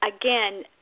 Again